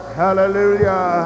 hallelujah